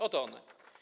Oto one.